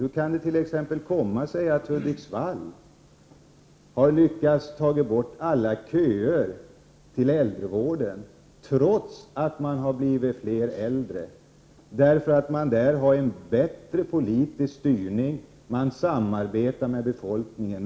Hur kan det t.ex. komma sig att Hudiksvall har lyckats ta bort alla köer till äldrevården, trots att det har blivit fler äldre? Jo, där har man en bättre politisk styrning, och man samarbetar med befolkningen.